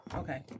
okay